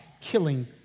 killing